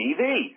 TV